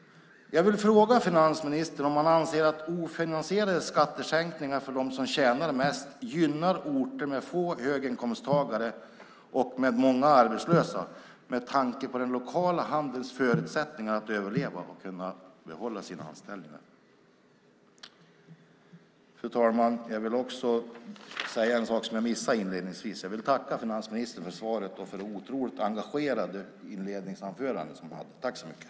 Jag vill fråga finansministern om han anser att ofinansierade skattesänkningar för dem som tjänar mest gynnar orter med få höginkomsttagare med många arbetslösa, detta med tanke på den lokala handelns förutsättningar att överleva och behålla sina anställningar. Fru talman! Jag vill säga en sak som jag missade inledningsvis. Jag vill tacka finansministern för svaret och för det otroligt engagerade inledningsanförande som han hade.